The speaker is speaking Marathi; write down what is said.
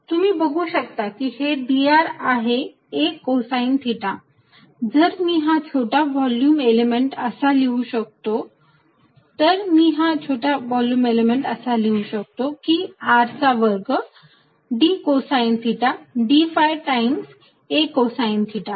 तुम्ही बघू शकता की हे dr आहे a कोसाईन थिटा तर मी हा छोटा व्हॉल्युम एलिमेंट असा लिहू शकतो की R चा वर्ग d cosine theta d phi times a cosine theta